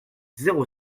zéro